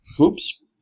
Oops